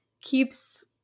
keeps